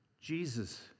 Jesus